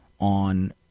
on